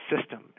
system